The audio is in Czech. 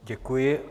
Děkuji.